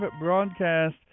broadcast